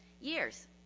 Years